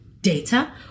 data